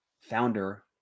founder